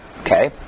Okay